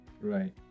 right